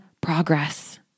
progress